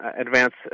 advance